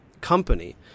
company